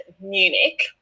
Munich